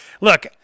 Look